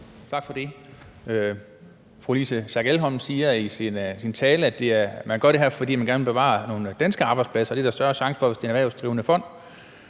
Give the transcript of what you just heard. Tak for det. Fru Louise Schack Elholm siger i sin tale, at man gør det her, fordi man gerne vil bevare nogle danske arbejdspladser, og det er der større chance for, hvis det er en erhvervsdrivende fond.